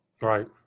Right